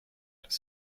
das